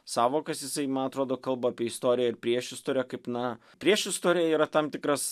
sąvokas jisai ma atrodo kalba apie istoriją ir priešistorę kaip na priešistorė yra tam tikras